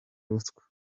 ruswa